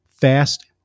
fast